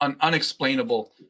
unexplainable